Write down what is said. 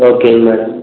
ஓகேங்க மேடம்